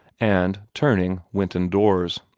and, turning, went indoors.